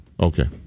Okay